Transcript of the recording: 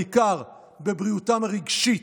בעיקר בבריאותם הרגשית,